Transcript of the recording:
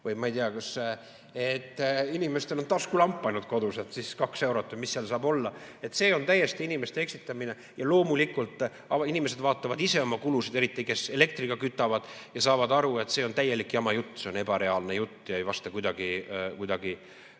siis ma ei tea, kas inimestel on ainult taskulamp kodus, et see on kaks eurot või mis see seal saab olla. See on täiesti inimeste eksitamine. Loomulikult, inimesed vaatavad ise oma kulusid, eriti need, kes elektriga kütavad, ja saavad aru, et see on täielik jama jutt, see on ebareaalne jutt ja ei vasta kuidagi